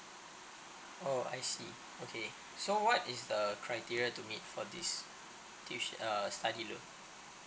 oh I see okay so what is the criteria to meet for this tui~ uh study loan